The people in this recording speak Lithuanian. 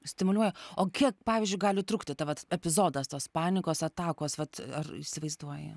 stimuliuoja o kiek pavyzdžiui gali trukti ta vat epizodas tos panikos atakos vat ar įsivaizduoji